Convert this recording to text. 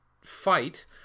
fight